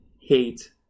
hate